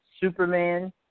Superman